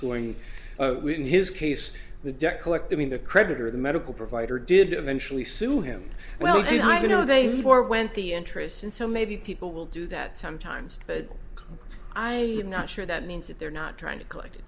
schooling his case the debt collecting the creditor the medical provider did eventually sue him well you know they forewent the interest and so maybe people will do that sometimes but i am not sure that means that they're not trying to collect a